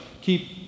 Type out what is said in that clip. keep